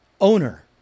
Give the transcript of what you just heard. owner